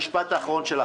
למשפט האחרון שלך.